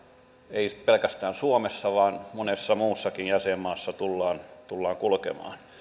ei pelkästään suomessa vaan monessa muussakin jäsenmaassa tullaan tullaan kulkemaan